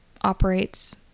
operates